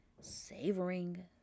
savoring